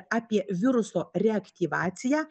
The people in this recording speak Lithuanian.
apie viruso reaktyvaciją